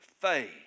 faith